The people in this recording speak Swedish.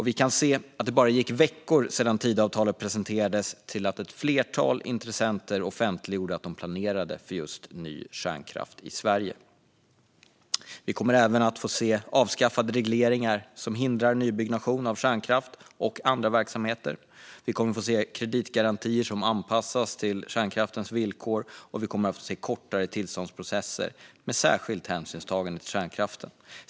Vi kan se att det bara gick veckor efter att Tidöavtalet presenterats till att ett flertal intressenter offentliggjorde att de planerade för just ny kärnkraft i Sverige. Vi kommer även att få se avskaffade regleringar som nu hindrar nybyggnation av kärnkraft och andra verksamheter. Vi kommer att få se kreditgarantier som anpassas till kärnkraftens villkor, och vi kommer att få se kortare tillståndsprocesser med särskilt hänsynstagande till kärnkraften.